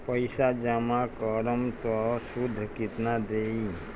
पैसा जमा करम त शुध कितना देही?